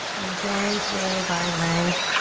i'm joined today by my